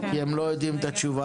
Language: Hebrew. כי הם לא יודעים את התשובה.